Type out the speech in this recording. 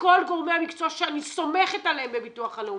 וכל גורמי המקצוע שאני סומכת עליהם בביטוח הלאומי,